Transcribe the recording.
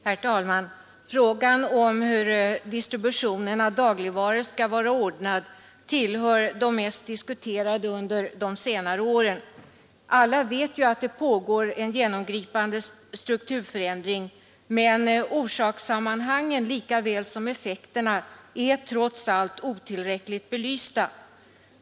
Herr talman! Frågan om hur distributionen av dagligvaror skall vara ordnad tillhör de mest diskuterade frågorna under senare år. Alla vet att det pågår en genomgripande strukturförändring, men orsakssammanhangen lika väl som effekterna är trots allt otillräckligt belysta.